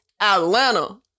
Atlanta